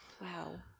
Wow